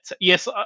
yes